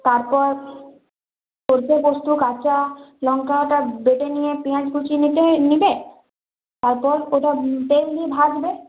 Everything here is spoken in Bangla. তারপর সর্ষে পোস্ত কাঁচা লংকাটা বেটে নিয়ে পিয়াজ কুচি নিতে নেবে তারপর ওটা তেল দিয়ে ভাজবে